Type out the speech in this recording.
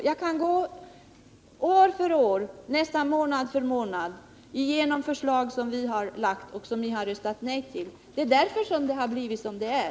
Jag kan gå tillbaka och år för år, nästan månad för månad och räkna upp förslag som vi har lagt fram och som ni har röstat nej till. Det är därför som det har blivit som det är.